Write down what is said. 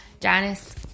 Janice